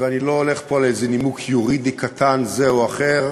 ואני לא הולך פה על איזה נימוק יורידי קטן זה או אחר,